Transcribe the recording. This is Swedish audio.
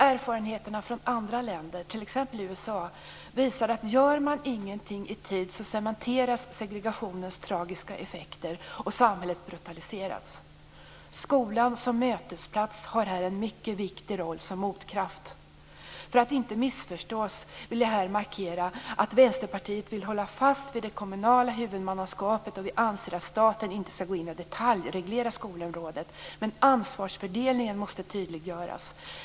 Erfarenheterna från andra länder, t.ex. USA, visar att om man inte gör någonting i tid cementeras segregationens tragiska effekter och samhället brutaliseras. Skolan som mötesplats har här en mycket viktig roll som motkraft. För att inte missförstås vill jag här markera att Vänsterpartiet vill hålla fast vid det kommunala huvudmannaskapet. Vi anser inte att staten skall gå in och detaljreglera skolområdet. Men ansvarsfördelningen måste tydliggöras.